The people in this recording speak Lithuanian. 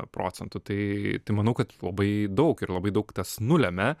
procentų tai tai manau kad labai daug ir labai daug tas nulemia